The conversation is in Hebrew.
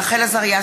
רחל עזריה,